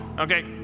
Okay